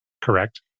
correct